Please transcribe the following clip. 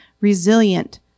resilient